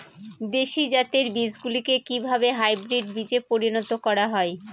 দেশি জাতের বীজগুলিকে কিভাবে হাইব্রিড বীজে পরিণত করা হয়?